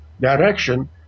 direction